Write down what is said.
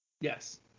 yes